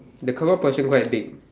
the kebab person quite Dick